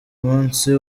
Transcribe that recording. munsi